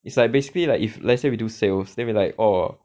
is like basically like if let's say we do sales then we like oh